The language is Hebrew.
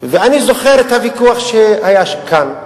ואני זוכר את הוויכוח שהיה כאן.